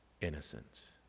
innocent